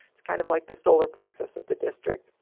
it's kind of like the solar plexus of the district.